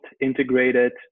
integrated